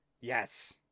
Yes